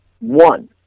one